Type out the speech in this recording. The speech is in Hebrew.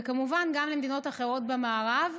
וכמובן גם למדינות אחרות במערב,